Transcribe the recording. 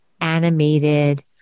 animated